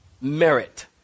Merit